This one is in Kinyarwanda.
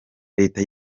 leta